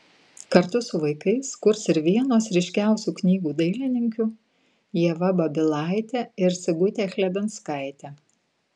kartu su vaikais kurs ir vienos ryškiausių knygų dailininkių ieva babilaitė ir sigutė chlebinskaitė